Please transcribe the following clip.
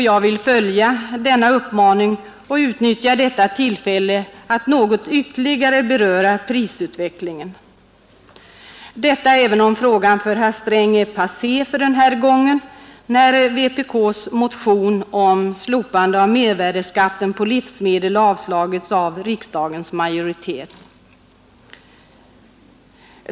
Jag vill följa denna uppmaning och utnyttja detta tillfälle att något ytterligare beröra prisutvecklingen, även om frågan för herr Sträng är passé för den här gången, när vpk:s motion om slopande av mervärdeskatten på livsmedel avslagits av riksdagens majoritet.